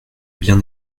bien